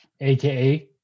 AKA